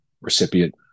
recipient